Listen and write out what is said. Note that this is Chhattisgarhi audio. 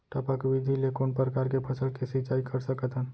टपक विधि ले कोन परकार के फसल के सिंचाई कर सकत हन?